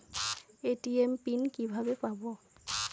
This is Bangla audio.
এ.টি.এম পিন কিভাবে পাবো?